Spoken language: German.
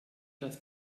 das